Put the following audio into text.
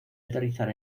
aterrizar